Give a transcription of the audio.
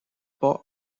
pas